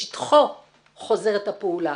בשטחו חוזרת הפעולה.